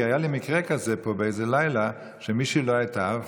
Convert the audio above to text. כי היה לי מקרה כזה פה באיזה לילה שמישהי לא הייתה,